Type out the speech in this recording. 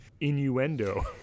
innuendo